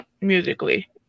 musically